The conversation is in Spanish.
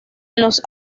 los